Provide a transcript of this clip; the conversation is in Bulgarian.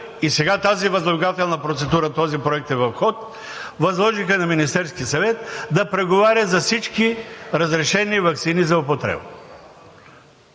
и сега тази възлагателна процедура, този проект е в ход, възложиха на Министерския съвет да преговаря за всички разрешени ваксини за употреба.